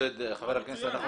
בבקשה, חבר הכנסת עודד.